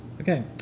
Okay